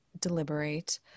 deliberate